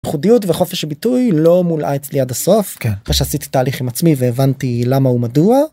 יחודיות וחופש ביטוי לא מולאה אצלי עד הסוף כאשר עשיתי תהליך עם עצמי והבנתי למה ומדוע.